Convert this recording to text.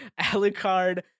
Alucard